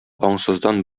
аңсыздан